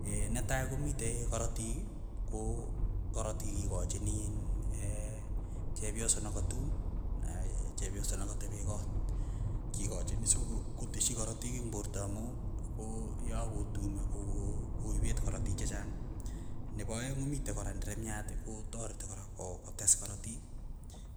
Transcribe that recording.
netai komite korotik, koo karatik kikachini iin chepyoso nakatuum, naee chepyoso nakatepe koot, kikochoni soko koteshi korotik eng' porto amu ko ya kotume ko ko koipet korotik che chang, nepo aeng komite kora nderemiat kotareti kora ko kotes korotik,